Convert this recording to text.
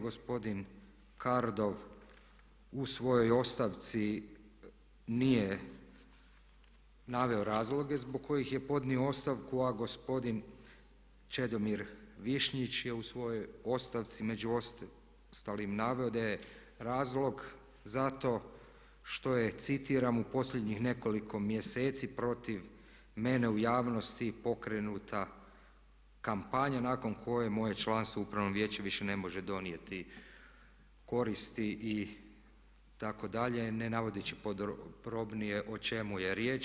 Gospodin Kardov u svojoj ostavci nije naveo razloge zbog kojih je podnio ostavku, a gospodin Čedomir Višnjić je u svojoj ostavci među ostalim naveo da je razlog za to što je, citiram: "U posljednjih nekoliko mjeseci protiv mene u javnosti pokrenuta kampanja nakon koje moje članstvo u Upravnom vijeću više ne može donijeti koristi." itd. ne navodeći podrobnije o čemu je riječ.